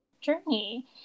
journey